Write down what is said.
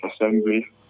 Assembly